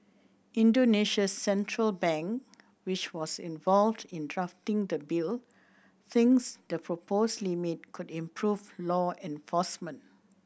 Indonesia's central bank which was involved in drafting the bill things the proposed limit could improve law enforcement